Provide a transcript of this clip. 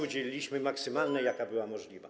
Udzieliliśmy maksymalnej pomocy, jaka była możliwa.